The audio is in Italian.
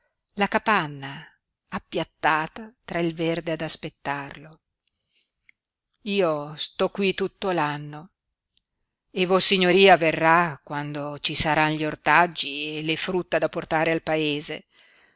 la capanna appiattata tra il verde ad aspettarlo io sto qui tutto l'anno e vossignoria verrà quando ci saran gli ortaggi e le frutta da portare al paese